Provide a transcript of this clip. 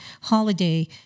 holiday